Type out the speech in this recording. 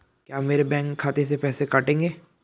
क्या आप मेरे बैंक खाते से पैसे काटेंगे?